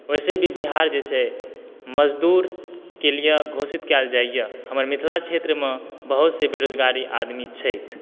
वैसे भी बिहार जे छै मजदूर के लिअ घोषित कयल जाइया हमर मिथिला क्षेत्रमे बहुत से बेरोजगारी आदमी छैक